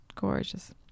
Gorgeous